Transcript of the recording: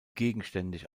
gegenständig